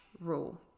rule